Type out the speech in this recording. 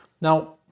now